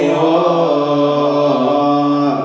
or